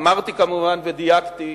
אמרתי כמובן ודייקתי,